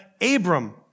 Abram